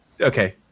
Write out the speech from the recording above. Okay